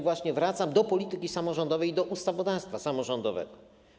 Wracam do polityki samorządowej i do ustawodawstwa samorządowego.